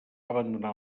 abandonar